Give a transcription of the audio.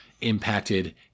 impacted